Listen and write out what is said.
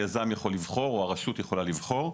היזם או הרשות יכולים לבחור.